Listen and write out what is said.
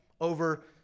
over